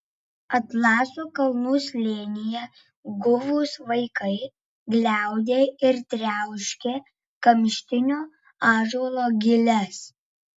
atlaso kalnų slėnyje guvūs vaikai gliaudė ir triauškė kamštinio ąžuolo giles